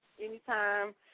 anytime